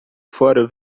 fora